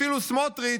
אפילו סמוטריץ'